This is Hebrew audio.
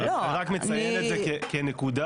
אני רק מציין את זה כנקודה.